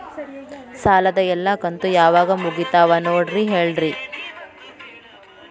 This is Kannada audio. ಸಾಲದ ಎಲ್ಲಾ ಕಂತು ಯಾವಾಗ ಮುಗಿತಾವ ನೋಡಿ ಹೇಳ್ರಿ